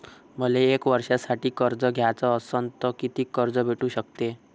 मले एक वर्षासाठी कर्ज घ्याचं असनं त कितीक कर्ज भेटू शकते?